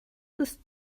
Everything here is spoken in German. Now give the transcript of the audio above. ist